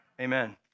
Amen